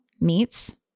meats